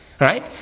Right